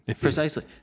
precisely